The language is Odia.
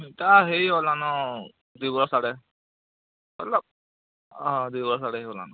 ଏଟା ହେଇଗଲାନ ଦୁଇ ବର୍ଷ ଆଡ଼େ ହେଲା ହଁ ଦୁଇ ବର୍ଷ ଆଡ଼େ ହେଇଗଲାନ